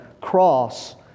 cross